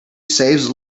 saves